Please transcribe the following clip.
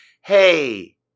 Hey